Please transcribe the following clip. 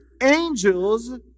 angels